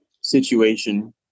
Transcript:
situation